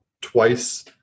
twice